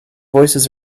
voices